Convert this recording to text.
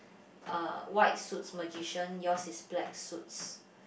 uh white suits magician yours is black suits